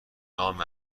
نام